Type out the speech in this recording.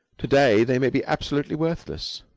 to-day, they may be absolutely worthless.